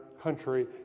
country